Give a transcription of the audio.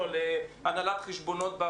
לפי הנהלים, פה